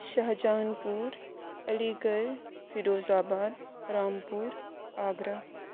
شاہ جہاں پور Aligarh Firozabad Rampur Agra